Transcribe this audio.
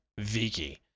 Viki